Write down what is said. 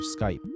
Skype